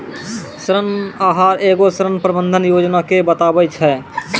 ऋण आहार एगो ऋण प्रबंधन योजना के बताबै छै